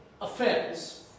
offense